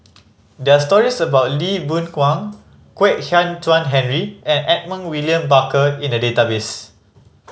there are stories about Lee Boon Wang Kwek Hian Chuan Henry and Edmund William Barker in the database